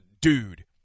dude